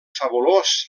fabulós